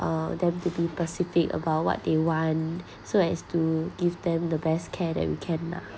uh them to be specific about what they want so as to give them the best care that we can lah